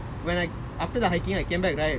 when I after the hiking when I came back right